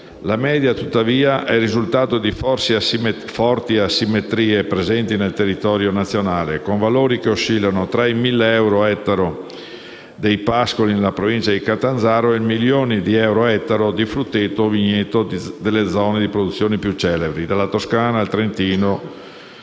La media, tuttavia, è il risultato di forti asimmetrie presenti sul territorio nazionale, con valori che oscillano tra i 1.000 euro all'ettaro dei pascoli nella Provincia di Catanzaro e il milione di euro per un ettaro di frutteto o vigneto nelle zone di produzione più celebri, dalla Toscana al Trentino.